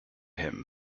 him